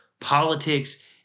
politics